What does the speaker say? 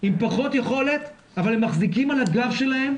עם פחות יכולת, אבל הם מחזיקים על הגב שלהם,